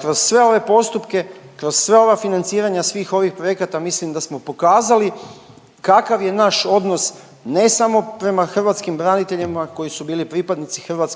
Kroz sve ove postupke, kroz sva ova financiranja svih ovih projekata mislim da smo pokazali kakav je naš odnos ne samo prema hrvatskim braniteljima koji su bili pripadnici HV-a